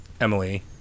Emily